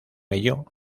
ello